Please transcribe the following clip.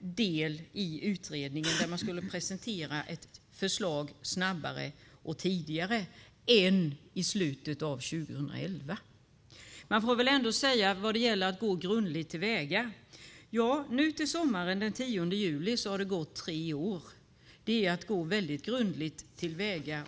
del i utredningen där man skulle presentera ett förslag snabbare och tidigare än i slutet av 2011. Nu till sommaren, den 10 juli, har det gått tre år. Det kan man säga är att gå väldigt grundligt till väga.